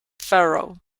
pharaoh